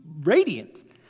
radiant